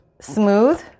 smooth